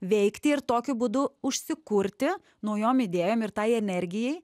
veikti ir tokiu būdu užsikurti naujom idėjom ir tai energijai